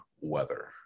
weather